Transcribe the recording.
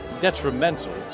detrimental